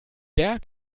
der